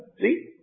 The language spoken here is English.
see